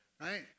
Right